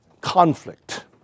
conflict